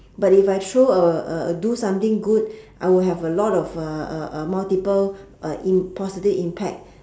but if I throw uh uh do something good I will have a lot of uh uh uh multiple uh im~ positive impact